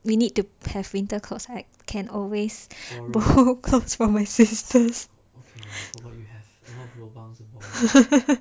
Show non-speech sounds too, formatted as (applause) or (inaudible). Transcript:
we need to have winter clothes I can always borrow clothes from my sisters (laughs)